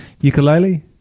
ukulele